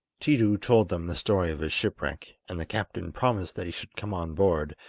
tiidu told them the story of his shipwreck, and the captain promised that he should come on board,